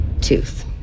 tooth